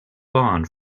bond